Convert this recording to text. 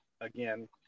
again